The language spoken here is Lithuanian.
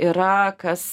yra kas